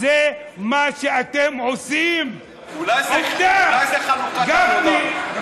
זה מה שאתם עושים, אולי זאת חלוקת עבודה טובה?